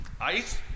Ice